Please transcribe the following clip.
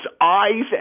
eyes